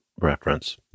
reference